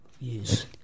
yes